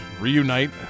reunite